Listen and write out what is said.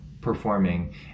performing